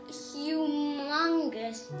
humongous